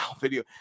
video